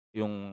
yung